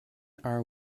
are